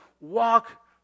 walk